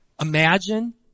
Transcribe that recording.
Imagine